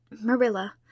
Marilla